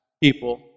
people